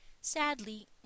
Sadly